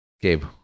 Gabe